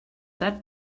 that